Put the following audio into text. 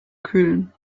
kühlen